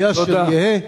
יהיה אשר יהיה,